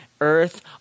earth